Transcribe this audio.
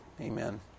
Amen